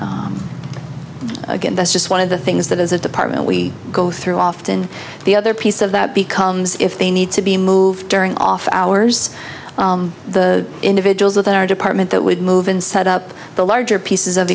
again that's just one of the things that as a department we go through often the other piece of that becomes if they need to be moved during off hours the individuals within our department that would move in set up the larger pieces of